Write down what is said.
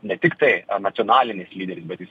ne tiktai a nacionalinis lyderis bet jis